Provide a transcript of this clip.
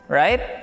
right